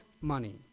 money